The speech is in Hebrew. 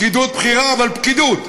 פקידות בכירה, אבל פקידות?